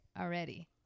already